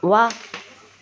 वाह